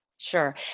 Sure